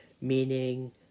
meaning